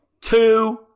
two